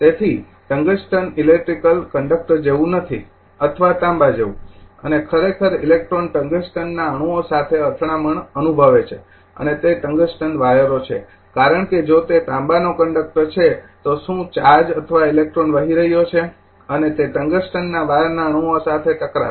તેથી tungsten electrical conductor જેવુ નથી અથવા તાંબા જેવુ અને ખરેખર ઇલેક્ટ્રોન ટંગસ્ટનના અણુઓ સાથે અથડામણ અનુભવે છે અને તે ટંગસ્ટન વાયરો છે કારણ કે જો તે તાંબાનો કંડક્ટર છે તો શું ચાર્જ અથવા ઇલેક્ટ્રોન વહી રહ્યો છે અને તે ટંગસ્ટનના વાયરના અણુઓ સાથે ટકરાશે